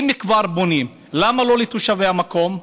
אם כבר בונים, למה לא לתושבי המקום?